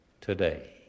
today